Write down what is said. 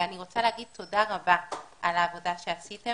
אבל אני רוצה להגיד תודה רבה על העבודה שעשיתם,